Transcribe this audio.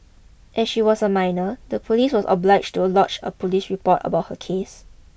as she was a minor the police was obliged to lodge a police report about her case